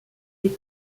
des